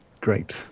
great